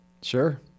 Sure